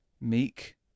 meek